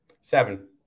Seven